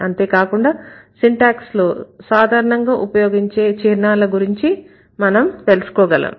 అంతేకాకుండా సింటాక్స్ లో సాధారణంగా ఉపయోగించే చిహ్నాల గురించి మనం తెలుసుకోగలం